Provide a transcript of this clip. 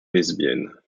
lesbienne